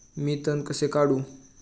मी तण कसे काढू?